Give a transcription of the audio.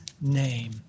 name